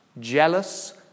Jealous